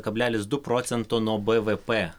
kablelis du procento nuo bvp